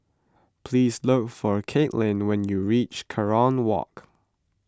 please look for Caitlin when you reach Kerong Walk